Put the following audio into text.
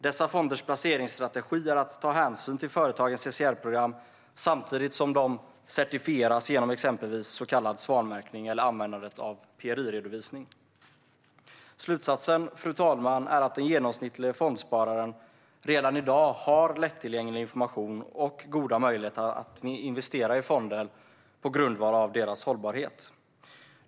Dessa fonders placeringsstrategi är att ta hänsyn till företagens CSR-program samtidigt som de certifierar sig själva genom exempelvis så kallad svanmärkning eller användandet av PRI-redovisning. Slutsatsen, fru talman, är att den genomsnittliga fondspararen redan i dag har tillgång till lättillgänglig information och goda möjligheter att investera i fonder på grundval av deras hållbarhet.